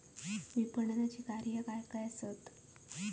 विपणनाची कार्या काय काय आसत?